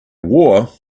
war